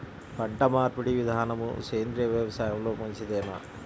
పంటమార్పిడి విధానము సేంద్రియ వ్యవసాయంలో మంచిదేనా?